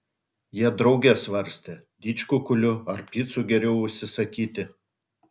jie drauge svarstė didžkukulių ar picų geriau užsisakyti